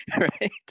right